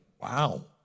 wow